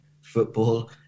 football